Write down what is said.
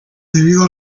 debido